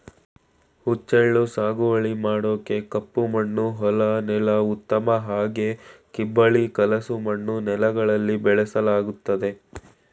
ಹುಚ್ಚೆಳ್ಳು ಸಾಗುವಳಿ ಮಾಡೋಕೆ ಕಪ್ಪಮಣ್ಣು ಹೊಲ ನೆಲ ಉತ್ತಮ ಹಾಗೆ ಕಿಬ್ಬಳಿ ಕಲಸು ಮಣ್ಣು ನೆಲಗಳಲ್ಲಿ ಬೆಳೆಸಲಾಗ್ತದೆ